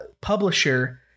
publisher